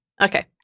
okay